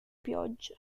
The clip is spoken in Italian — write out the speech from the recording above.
piogge